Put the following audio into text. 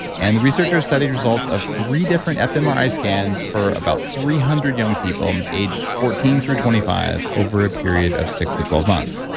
and the researchers studied results of three different fmri scans for about three hundred young people aged fourteen through twenty five over a period of six to twelve months.